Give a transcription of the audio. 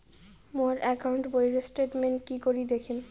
মোর account বইয়ের statement কি করি দেখিম?